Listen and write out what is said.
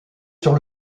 sur